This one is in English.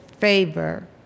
favor